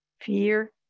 fear